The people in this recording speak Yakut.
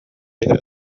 иһэ